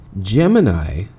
Gemini